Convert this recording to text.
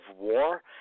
war